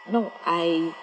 no I